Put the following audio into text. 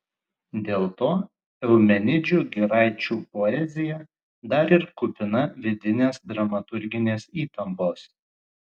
dėl to eumenidžių giraičių poezija dar ir kupina vidinės dramaturginės įtampos